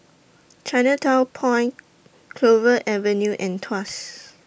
Chinatown Point Clover Avenue and Tuas